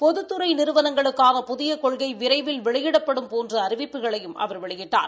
பொதுத் துறை நிறுவனங்களுக்கான புதிய கொள்கை விரைவில் வெளியிடப்படும் போன்ற அறிவிப்புகளையும் அவர் வெளியிட்டார்